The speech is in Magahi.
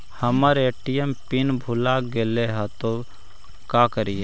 हमर ए.टी.एम पिन भूला गेली हे, तो का करि?